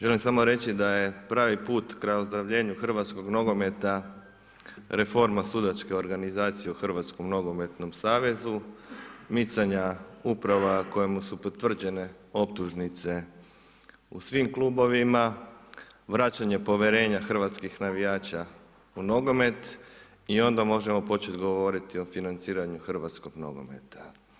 Želim samo reći da je pravi put ka ozdravljenju hrvatskog nogometa reforma sudačke organizacije u hrvatskom nogometnom savezu, micanja uprava kojemu su potvrđene optužnice u svim klubovima, vračanje povjerenja hrvatskih navijača u nogomet i onda možemo početi govoriti o financiranju hrvatskog nogomet.